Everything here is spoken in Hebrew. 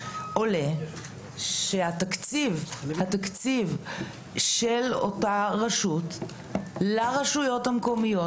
עולה שהתקציב של אותה רשות לרשויות המקומיות,